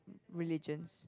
religions